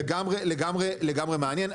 לגמרי מעניין.